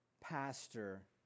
pastor